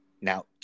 Now